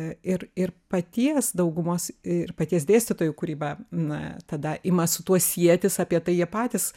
ir ir paties daugumos ir paties dėstytojų kūryba na tada ima su tuo sietis apie tai jie patys